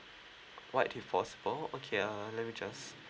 white if possible okay uh let me just